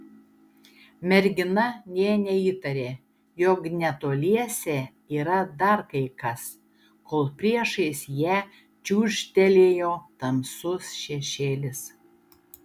mergina nė neįtarė jog netoliese yra dar kai kas kol priešais ją čiūžtelėjo tamsus šešėlis